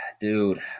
dude